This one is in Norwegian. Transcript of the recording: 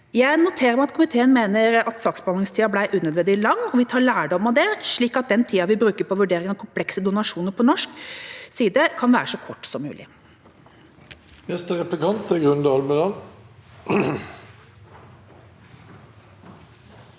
Jeg noterer meg at komiteen mener at saksbehandlingstiden ble unødvendig lang, og vi tar lærdom av det, slik at den tiden vi bruker på vurdering av komplekse donasjoner fra norsk side, kan være så kort som mulig. Grunde Almeland